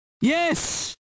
Yes